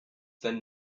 then